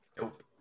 nope